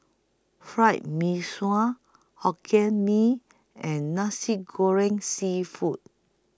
Fried Mee Sua Hokkien Mee and Nasi Goreng Seafood